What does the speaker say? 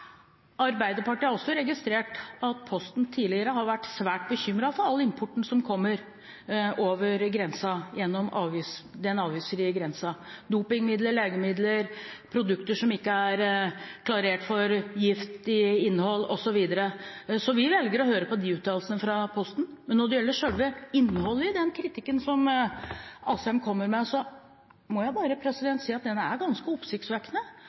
har også registrert at Posten tidligere har vært svært bekymret for all importen som kommer over grensen gjennom den avgiftsfrie grensen – dopingmidler, legemidler, produkter som ikke er klarert for giftig innhold, osv. Så vi velger å høre på de uttalelsene fra Posten. Men når det gjelder selve innholdet i den kritikken som Asheim kommer med, må jeg bare si at den er ganske oppsiktsvekkende,